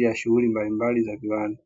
na shughuli mbalimbali za nyumbani.